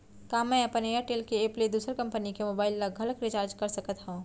का मैं अपन एयरटेल के एप ले दूसर कंपनी के मोबाइल ला घलव रिचार्ज कर सकत हव?